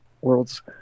world's